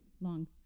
long